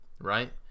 right